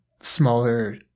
smaller